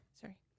Sorry